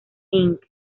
inc